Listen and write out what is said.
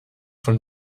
von